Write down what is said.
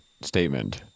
statement